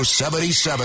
77